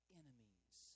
enemies